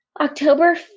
October